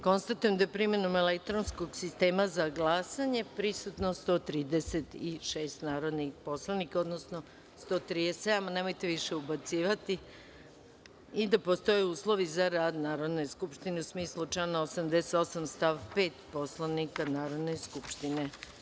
Konstatujem da primenom elektronskog sistema za glasanje prisutno 136 narodnih poslanika, odnosno 137, i da postoje uslovi za rad Narodne skupštine, u smislu člana 88. stav 5. Poslovnika Narodne skupštine.